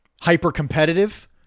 hyper-competitive